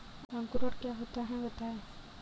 अंकुरण क्या होता है बताएँ?